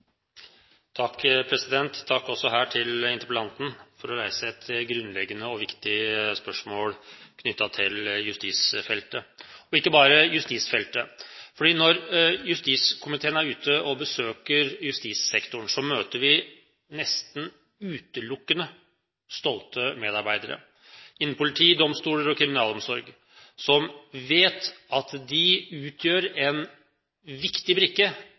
Takk til interpellanten for å reise et grunnleggende og viktig spørsmål knyttet til justisfeltet – og ikke bare justisfeltet. Når justiskomiteen er ute og besøker justissektoren, møter vi nesten utelukkende stolte medarbeidere innen politi, domstoler og kriminalomsorg, som vet at de utgjør en viktig brikke